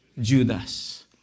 Judas